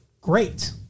Great